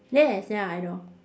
yes ya I know